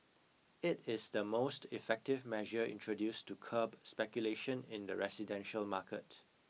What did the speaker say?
it is the most effective measure introduced to curb speculation in the residential market